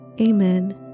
amen